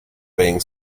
being